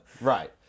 right